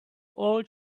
all